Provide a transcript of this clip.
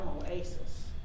Oasis